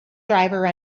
driver